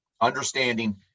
understanding